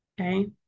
okay